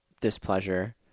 displeasure